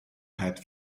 had